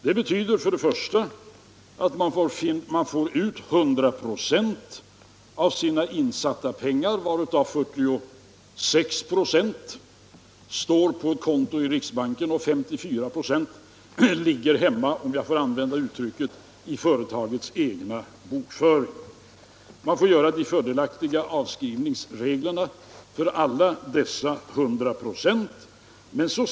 Det betyder först och främst att man får ut 100 96 av sina insatta pengar, varav 46 96 står på ett konto i riksbanken och 54 96 ligger hemma, om jag får använda det uttrycket, i företagets egen bokföring. Man får tillämpa de fördelaktiga avskrivningsreglerna för samtliga dessa 100 96.